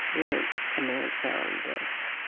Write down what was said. we don't announce our own death,